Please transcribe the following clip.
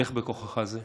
לך בכוחך זה.